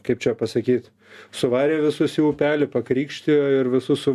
kaip čia pasakyt suvarė visus į upelį pakrikštijo ir visus su